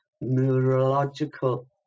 neurological